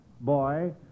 Boy